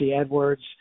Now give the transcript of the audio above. Edwards